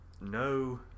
no